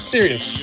serious